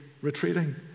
retreating